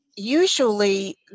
Usually